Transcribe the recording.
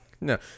No